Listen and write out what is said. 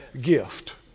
gift